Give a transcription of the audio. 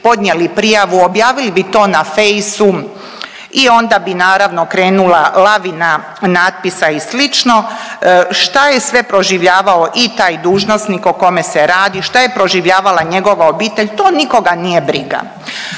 podnijeli prijavu, objavili bi to na fejsu i onda bi naravno krenula lavina natpisa i slično. Šta je sve proživljavao i taj dužnosnik o kome se radi, šta je proživljavala njegova obitelj, to nikoga nije briga.